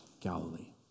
Galilee